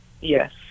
Yes